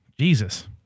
Jesus